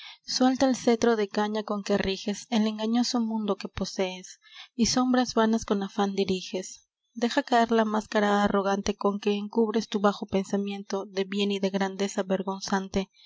suelta el cetro de caña con que riges el engañoso mundo que posees y sombras vanas con afan diriges deja caer la máscara arrogante con que encubres tu bajo pensamiento de bien y de grandeza vergonzante